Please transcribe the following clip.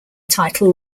title